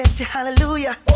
Hallelujah